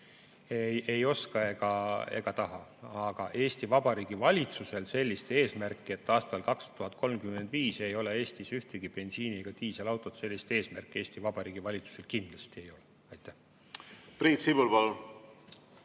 ei oska ega taha. Aga Eesti Vabariigi valitsusel sellist eesmärki, et aastal 2035 ei ole Eestis ühtegi bensiini- ega diiselautot, sellist eesmärki Eesti Vabariigi valitsusel kindlasti ei ole. Priit